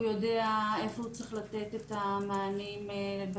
הוא יודע איפה הוא צריך לתת את המענים לקבוצות